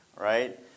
right